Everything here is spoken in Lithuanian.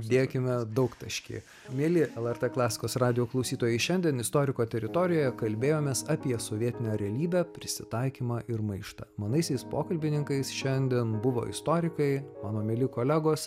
dėkime daugtaškį mieli lrt klasikos radijo klausytojai šiandien istoriko teritorijoje kalbėjomės apie sovietinę realybę prisitaikymą ir maištą manaisiais pokalbininkais šiandien buvo istorikai mano mieli kolegos